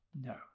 no